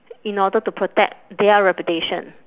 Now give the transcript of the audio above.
in order to protect their reputation